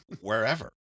Wherever